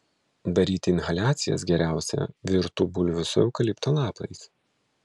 daryti inhaliacijas geriausia virtų bulvių su eukalipto lapais